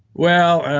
well,